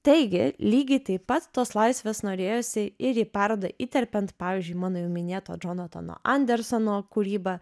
taigi lygiai taip pat tos laisvės norėjosi ir į parodą įterpiant pavyzdžiui mano jau minėto džonatano andersono kūrybą